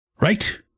Right